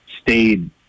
stayed